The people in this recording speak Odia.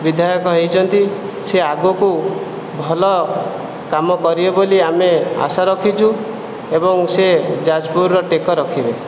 ବିଧାୟକ ହୋଇଛନ୍ତି ସେ ଆଗକୁ ଭଲ କାମ କରିବେ ବୋଲି ଆମେ ଆଶା ରଖିଛୁ ଏବଂ ସେ ଯାଜପୁରର ଟେକ ରଖିବେ